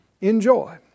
Enjoy